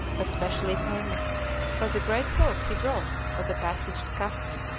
but specially famous for the great hope he brought of the passage to cathay.